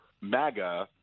MAGA